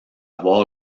avoir